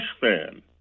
fan